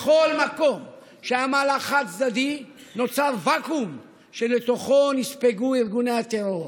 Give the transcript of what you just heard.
בכל מקום שהיה מהלך חד-צדדי נוצר וקום שלתוכו נספגו ארגוני הטרור,